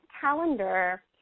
calendar